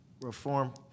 reform